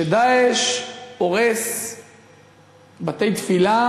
כש"דאעש" הורס בתי-תפילה,